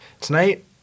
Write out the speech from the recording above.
Tonight